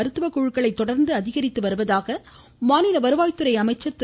மருத்துவ குழக்களை தொடர்ந்து அதிகரித்து வருவதாக மாநில வருவாய்த்துறை அமைச்சர் திரு